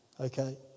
Okay